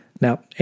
Now